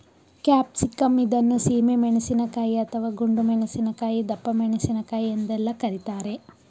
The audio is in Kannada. ಕ್ಯಾಪ್ಸಿಕಂ ಇದನ್ನು ಸೀಮೆ ಮೆಣಸಿನಕಾಯಿ, ಅಥವಾ ಗುಂಡು ಮೆಣಸಿನಕಾಯಿ, ದಪ್ಪಮೆಣಸಿನಕಾಯಿ ಎಂದೆಲ್ಲ ಕರಿತಾರೆ